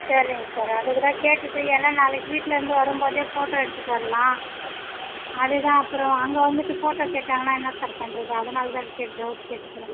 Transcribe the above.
சரிங் சார் அதுக்கு தான் கேட்டுகிட்டு ஏன்னால் நாளைக்கு வீட்லருந்து வரும்போதே ஃபோட்டோ எடுத்துகிட்டு வரலாம் அது தான் அப்புறம் அங்கே வந்துட்டு ஃபோட்டோ கேட்டாங்கனால் என்ன சார் பண்ணுறது அதனால் தான் கேட் டவுட் கேட்டுக்கிறேன்